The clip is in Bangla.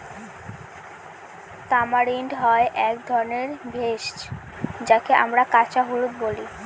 তামারিন্ড হয় এক ধরনের ভেষজ যাকে আমরা কাঁচা হলুদ বলি